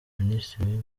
minisitiri